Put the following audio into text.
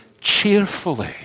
cheerfully